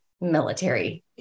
military